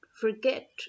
forget